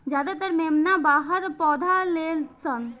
ज्यादातर मेमना बाहर पैदा लेलसन